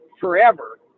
forever